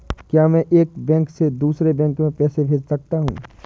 क्या मैं एक बैंक से दूसरे बैंक में पैसे भेज सकता हूँ?